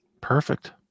Perfect